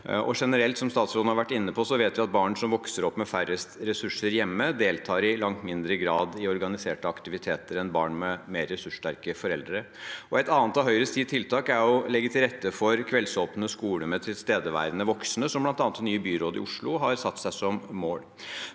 inne på, vet vi at barn som vokser opp med færrest ressurser hjemme, i langt mindre grad deltar i organiserte aktiviteter enn barn med mer ressurssterke foreldre. Et annet av Høyres ti tiltak er å legge til rette for kveldsåpne skoler med tilstedeværende voksne, som bl.a. det nye byrådet i Oslo har satt seg som mål.